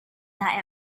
that